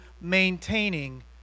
maintaining